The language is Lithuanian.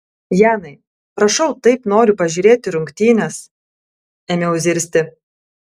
janai prašau taip noriu pažiūrėti rungtynes ėmiau zirzti